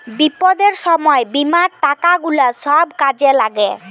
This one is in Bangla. বিপদের সময় বীমার টাকা গুলা সব কাজে লাগে